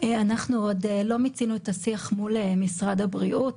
אנחנו עוד לא מיצינו את השיח מול משרד הבריאות